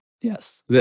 Yes